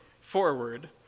forward